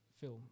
film